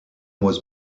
was